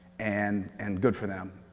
and and good for them.